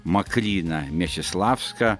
makrina nesislavska